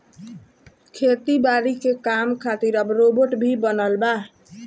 खेती बारी के काम खातिर अब रोबोट भी बनल बा